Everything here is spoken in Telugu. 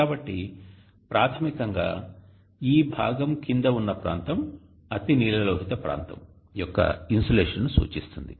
కాబట్టి ప్రాథమికంగా ఈ భాగం కింద ఉన్న ప్రాంతం అతినీలలోహిత ప్రాంతం యొక్క ఇన్సోలేషన్ను సూచిస్తుంది